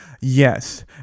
Yes